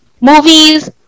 movies